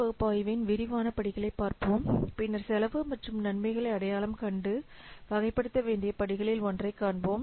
பகுப்பாய்வின் விரிவான படிகளைப் பார்ப்போம் பின்னர் செலவு மற்றும் நன்மைகளை அடையாளம் கண்டு வகைப்படுத்த வேண்டிய படிகளில் ஒன்றைக் காண்போம்